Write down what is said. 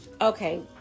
Okay